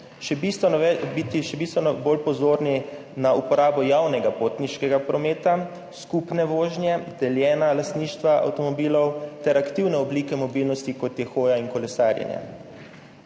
še bistveno bolj pozorni na uporabo javnega potniškega prometa, skupne vožnje, deljeno lastništvo avtomobilov ter aktivne oblike mobilnosti, kot sta hoja in kolesarjenje.